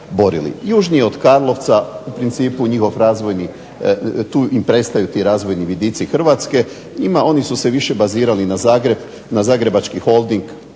Južnije od Karlovca u principu njihov razvojni, tu im prestaju ti razvojni vidici Hrvatske, oni su se više bazirali na Zagreb, na zagrebački Holding